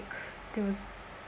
to